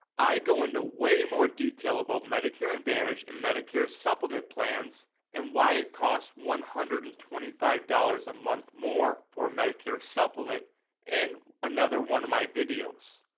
i go into way more detail about medicare advantage and medicare supplement plans and why it costs one hundred and twenty five dollars a month more for medicare supplement in another one of my videos.